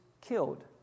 killed